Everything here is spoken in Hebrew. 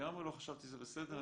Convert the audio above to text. לגמרי לא חשבתי שזה בסדר.